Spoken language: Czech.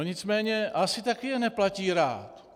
Nicméně asi také je neplatí rád.